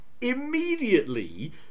immediately